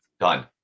done